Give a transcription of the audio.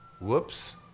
whoops